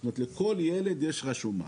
זאת אומרת לכל ילד יש רשומה.